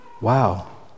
wow